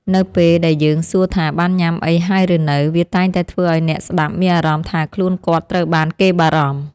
នៅពេលដែលយើងសួរថាបានញ៉ាំអីហើយឬនៅ វាតែងតែធ្វើឱ្យអ្នកស្ដាប់មានអារម្មណ៍ថាខ្លួនគាត់ត្រូវបានគេបារម្ភ។